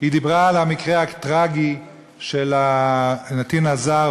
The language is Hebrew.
היא דיברה על המקרה הטרגי של הנתין הזר,